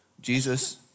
Jesus